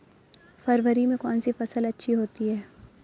फरवरी में कौन सी फ़सल अच्छी होती है?